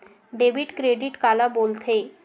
Debit credit काला बोल थे?